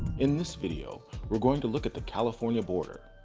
in this video we're going to look at the california border.